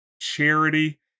charity